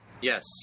Yes